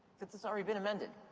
it's it's already been amended,